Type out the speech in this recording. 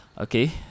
Okay